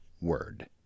Word